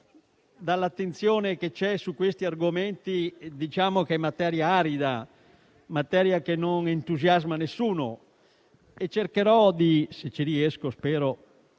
Dall'attenzione che c'è su questi argomenti, vediamo che è materia arida, che non entusiasma nessuno. Cercherò allora, se ci riesco,